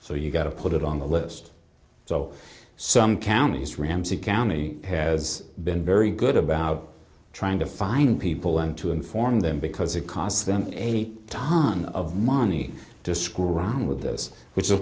so you got to put it on the list so some counties ramsey county has been very good about trying to find people and to inform them because it costs them eight ton of money to screw around with this which is